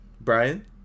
Brian